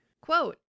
Quote